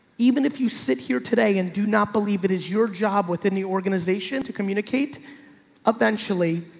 even if you sit here today and do not believe it is your job within the organization to communicate up eventually,